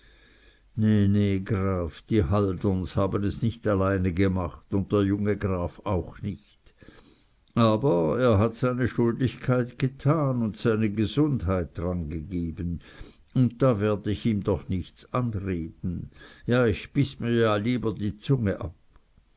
graf die halderns haben es nich alleine gemacht un der junge graf auch nicht aber er hat seine schuldigkeit getan un seine gesundheit drangegeben und da werd ich ihm doch nichts anreden i da biß ich mir ja lieber die zunge ab